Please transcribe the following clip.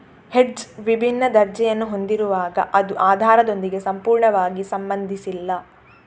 hedge ವಿಭಿನ್ನ ದರ್ಜೆಯನ್ನು ಹೊಂದಿರುವಾಗ ಅದು ಆಧಾರದೊಂದಿಗೆ ಸಂಪೂರ್ಣವಾಗಿ ಸಂಬಂಧಿಸಿಲ್ಲ